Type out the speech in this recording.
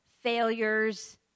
failures